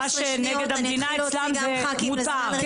נגד המדינה הוא מותר.